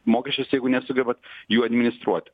mokesčius jeigu nesugebat jų administruoti